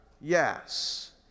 Yes